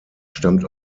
stammt